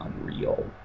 unreal